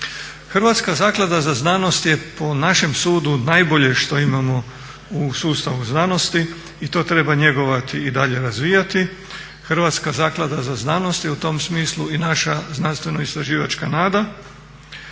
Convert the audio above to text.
Hrvatska zaklada za znanost je po našem sudu najbolje što imamo u sustavu znanosti i to treba njegovati i dalje razvijati. Hrvatska zaklada za znanost je u tom smislu i naša znanstveno istraživačka nada